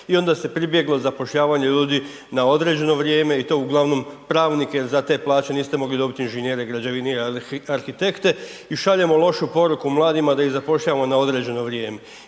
i onda se pribjeglo zapošljavanju ljudi na određeno vrijeme i to uglavnom pravnike, za te plaće niste mogli dobit inženjere, građevinare i arhitekte i šaljemo lošu poruku mladima da ih zapošljavamo na određeno vrijeme.